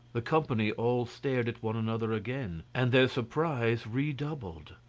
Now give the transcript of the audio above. the company all stared at one another again, and their surprise redoubled.